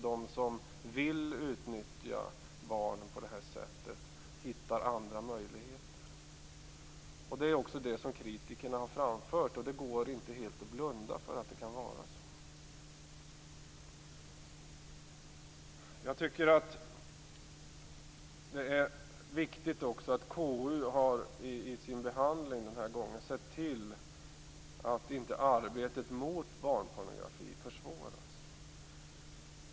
De som vill utnyttja barn hittar andra möjligheter. Det har kritikerna framfört, och det går inte att blunda för att det kan vara så. Det är viktigt att KU i sin behandling har sett till att inte arbetet mot barnpornografi försvåras.